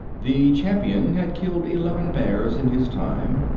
the champion had killed eleven bears in his time,